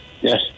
Yes